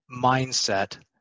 mindset